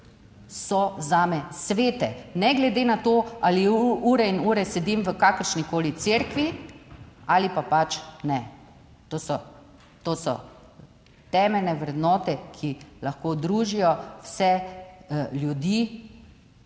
so zame svete, ne glede na to, ali ure in ure sedim v kakršnikoli cerkvi ali pa pač ne. To so temeljne vrednote, ki lahko družijo vse ljudi,